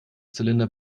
zylinder